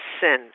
sin